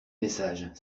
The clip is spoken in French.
messages